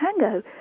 tango